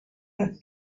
elle